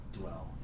dwell